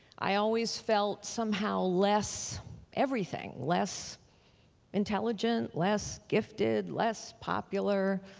i always felt somehow less everything, less intelligent, less gifted, less popular,